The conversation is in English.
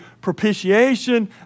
propitiation